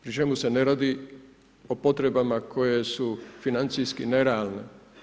Pri čemu se ne radi o potrebama koje su financijski nerealne.